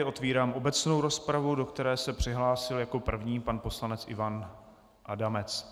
Otevírám obecnou rozpravu, do které se přihlásil jako první pan poslanec Ivan Adamec.